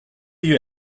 you